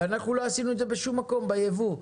אנחנו לא עשינו את זה בשום מקום ביבוא.